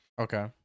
Okay